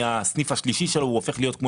מהסניף השלישי שלו הוא הופך להיות כמו